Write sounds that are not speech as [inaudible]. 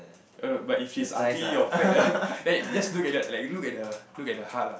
err nope but if she is ugly or fat then [laughs] then just look at that like you look at the look at the heart lah